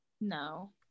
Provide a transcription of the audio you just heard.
no